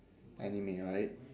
anime right